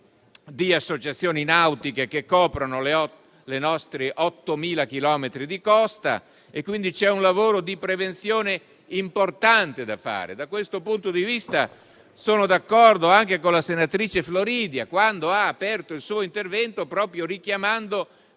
di associazioni nautiche che coprono i nostri 8.000 chilometri di costa. C'è un lavoro di prevenzione importante da fare e, da questo punto di vista, sono d'accordo anche con la senatrice Aurora Floridia, quando ha aperto il suo intervento proprio richiamando